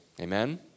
Amen